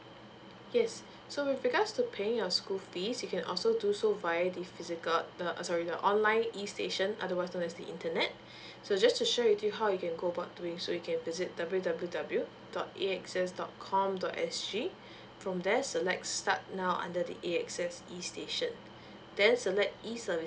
yes so with regards to paying your school fees you can also do so via the physical the uh sorry the online e station otherwise there's the internet so just to share with you how you go about doing so you can visit w w w dot A X S dot com dot s g from there select start now under the A X S e station then select e services